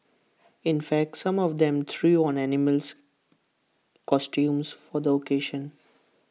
in fact some of them threw on animal costumes for the occasion